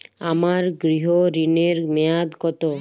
আমার গৃহ ঋণের মেয়াদ কত?